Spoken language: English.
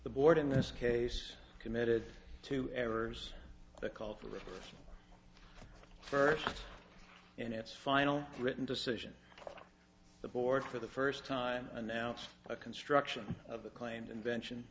the board in this case committed to errors the call for the first and its final written decision the board for the first time announced a construction of a claimed invention